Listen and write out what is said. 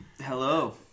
Hello